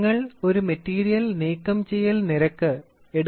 നിങ്ങൾ ഒരു മെറ്റീരിയൽ നീക്കംചെയ്യൽ നിരക്ക് M